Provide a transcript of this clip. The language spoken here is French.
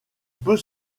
peut